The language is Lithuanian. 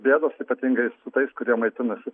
bėdos ypatingai su tais kurie maitinasi